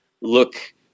look